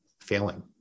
failing